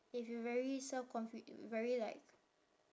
if you very self confi~ very like